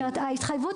לוועדה?